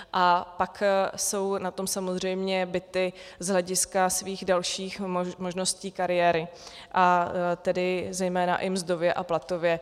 A pak jsou na tom samozřejmě bity z hlediska svých dalších možností kariéry, a tedy zejména i mzdově a platově.